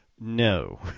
no